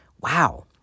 Wow